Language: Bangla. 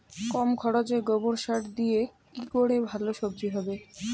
কম খরচে গোবর সার দিয়ে কি করে ভালো সবজি হবে?